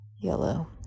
yellow